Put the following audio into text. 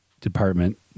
department